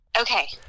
Okay